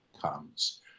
comes